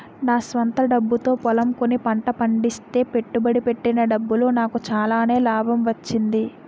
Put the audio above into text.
నా స్వంత డబ్బుతో పొలం కొని పంట పండిస్తే పెట్టుబడి పెట్టిన డబ్బులో నాకు చాలానే లాభం వచ్చింది